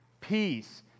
peace